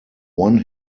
one